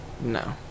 No